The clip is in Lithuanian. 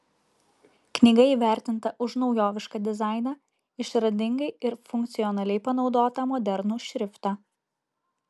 knyga įvertinta už naujovišką dizainą išradingai ir funkcionaliai panaudotą modernų šriftą